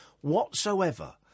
whatsoever